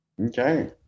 Okay